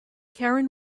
karen